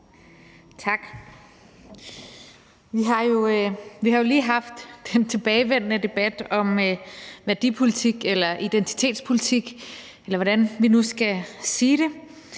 Tak. Vi har jo lige haft den tilbagevendende debat om værdipolitik eller identitetspolitik, eller hvordan vi nu skal sige det,